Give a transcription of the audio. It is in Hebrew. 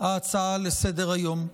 ההצעה לסדר-היום.